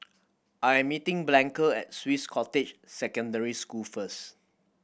I am meeting Blanca at Swiss Cottage Secondary School first